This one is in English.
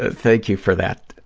ah thank you for that,